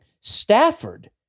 Stafford